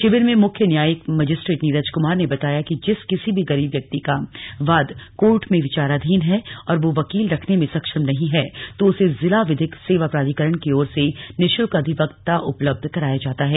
शिविर में मुख्य न्यायिक मजिस्ट्रेट नीरज कुमार ने बताया कि जिस किसी भी गरीब व्यक्ति का वाद कोर्ट में विचाराधीन है और वह वकील रखने में सक्षम नहीं है तो उसे जिला विधिक सेवा प्राधिकरण की ओर से निशुल्क अधिवक्ता उपलब्ध कराया जाता है